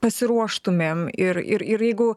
pasiruoštumėm ir ir ir jeigu